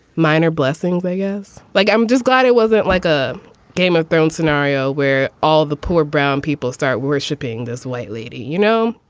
miner blessing thing is like i'm just glad it wasn't like a game of thrones scenario where all the poor brown people start worshipping this white lady, you know,